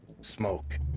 smoke